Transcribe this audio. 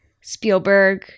Spielberg